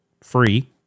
free